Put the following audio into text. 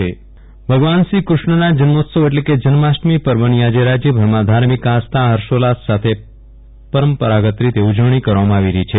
વિરલ રાણા કુષ્ણ જન્મોત્સવ ભગવાન શ્રી ક્રષ્ણના જન્મોત્સવ એટલે કે જન્માષ્ટમી પર્વની આજે રાજ્યભરમાં ધાર્મિક આસ્થા હર્ષોલ્લાસ સાથે પરમ પરંપરાગત રીતે ઉજવણી કરવામાં આવી રહી છે